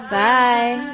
bye